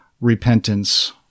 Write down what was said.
repentance